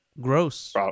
gross